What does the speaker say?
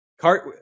Cart